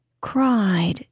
cried